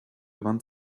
vingt